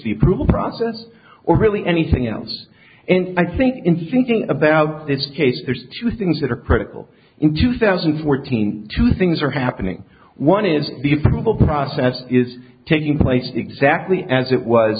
the approval process or really anything else and i think insisting about its case there's two things that are critical in two thousand and fourteen two things are happening one is the approval process is taking place exactly as it was